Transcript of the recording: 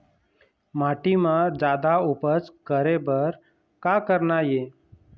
माटी म जादा उपज करे बर का करना ये?